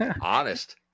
Honest